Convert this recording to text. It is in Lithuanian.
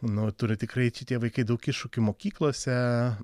nu turi tikrai čia tie vaikai daug iššūkių mokyklose